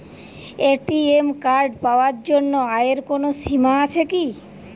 ATM card পাওয়ার জন্য আয়ের কোনো সীমা আছে কি?